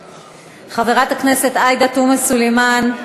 חברת הכנסת עאידה תומא סלימאן,